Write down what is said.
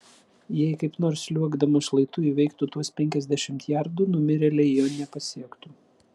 jei kaip nors sliuogdamas šlaitu įveiktų tuos penkiasdešimt jardų numirėliai jo nepasiektų